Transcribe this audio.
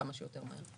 וכמה שיותר מהר.